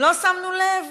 לא שמנו לב